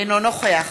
אינו נוכח